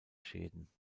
schäden